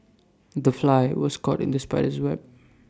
the fly was caught in the spider's web